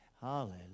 hallelujah